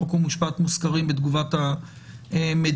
חוק ומשפט" מוזכרים בתגובת המדינה.